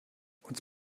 uns